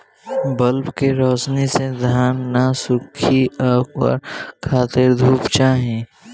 bulb के रौशनी से धान न सुखी ओकरा खातिर धूप चाही